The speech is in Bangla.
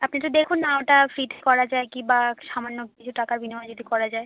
আপনি একটু দেখুন না ওটা ফ্রিতে করা যায় কি বা সামান্য কিছু টাকার বিনিময়ে যদি করা যায়